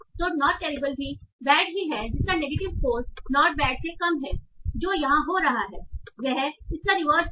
तो not terrible भी bad ही है जिसका नेगेटिव स्कोर नॉट बैड से कम है जो यहां हो रहा है वह इसका रिवर्स है